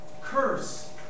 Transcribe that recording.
curse